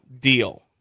deal